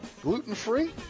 Gluten-free